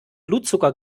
blutzucker